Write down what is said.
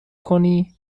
کنی